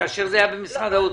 כאשר זה היה במשרד האוצר,